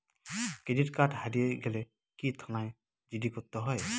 Credit card হারিয়ে গেলে কি থানায় জি.ডি করতে হয়?